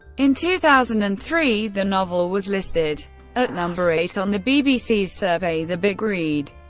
in two thousand and three, the novel was listed at number eight on the bbc's survey the big read.